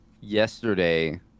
yesterday